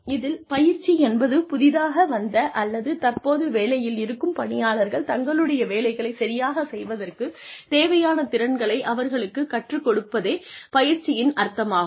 இதில் பயிற்சி என்பது புதிதாக வந்த அல்லது தற்போது வேலையில் இருக்கும் பணியாளர்கள் தங்களுடைய வேலைகளைச் சரியாகச் செய்வதற்குத் தேவையான திறன்களை அவர்களுக்கு கற்றுக் கொடுப்பதே பயிற்சியின் அர்த்தமாகும்